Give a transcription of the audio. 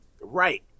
Right